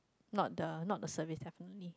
not the not the service definitely